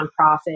nonprofit